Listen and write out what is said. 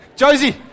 Josie